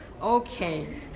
Okay